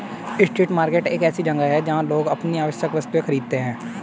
street market एक ऐसी जगह है जहां लोग अपनी आवश्यक वस्तुएं खरीदते हैं